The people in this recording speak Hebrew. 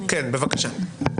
כן בבקשה.